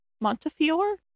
Montefiore